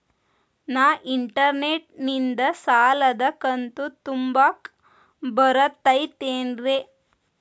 ನಾ ಇಂಟರ್ನೆಟ್ ನಿಂದ ಸಾಲದ ಕಂತು ತುಂಬಾಕ್ ಬರತೈತೇನ್ರೇ?